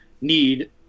need